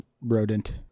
rodent